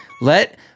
Let